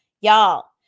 y'all